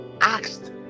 asked